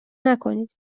نکنید